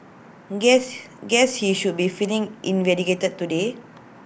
guess guess he should be feeling vindicated today